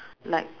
like